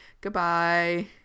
Goodbye